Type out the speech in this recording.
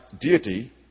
deity